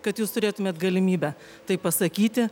kad jūs turėtumėt galimybę tai pasakyti